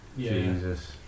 Jesus